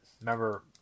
remember